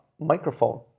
microphone